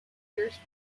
pierce